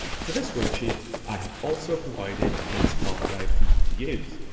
for this worksheet, i have also provided a nice path guide for you to use.